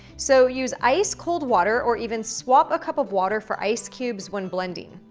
so use ice cold water or even swap a cup of water for ice cubes when blending.